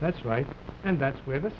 that's right and that's where the